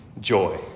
joy